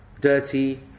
dirty